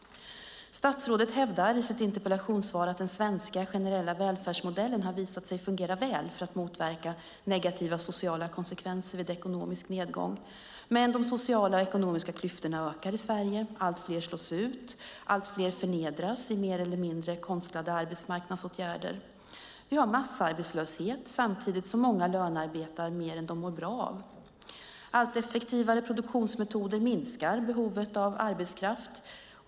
Statsrådet hävdar i sitt interpellationssvar att den svenska generella välfärdsmodellen har visat sig fungera väl för att motverka negativa sociala konsekvenser vid ekonomisk nedgång. Men de sociala och ekonomiska klyftorna ökar i Sverige. Allt fler slås ut och allt fler förnedras i mer eller mindre konstlade arbetsmarknadsåtgärder. Vi har massarbetslöshet samtidigt som många lönearbetar mer än de mår bra av. Allt effektivare produktionsmetoder minskar behovet av arbetskraft.